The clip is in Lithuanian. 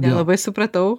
nelabai supratau